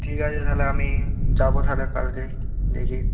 ঠিক আছে তাহলে আমি যাব তাহলে কালকেই দেখি